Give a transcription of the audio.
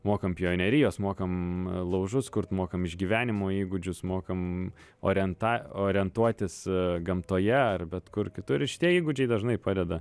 mokam pionerijos mokam laužus kurt mokam išgyvenimo įgūdžius mokam orienta orientuotis gamtoje ar bet kur kitur šitie įgūdžiai dažnai padeda